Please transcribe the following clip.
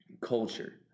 culture